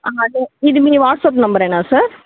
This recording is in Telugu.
అదే ఇది మీ వాట్సాప్ నెంబరేనా సార్